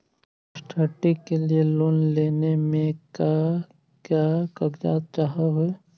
Study के लिये loan लेने मे का क्या कागजात चहोये?